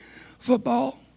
football